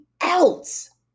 else